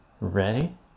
ready